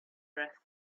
breath